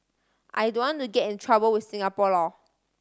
I don't to get in trouble with Singapore law